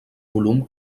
volum